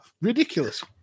Ridiculous